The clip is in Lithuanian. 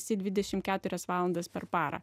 esi dvidešim keturias valandas per parą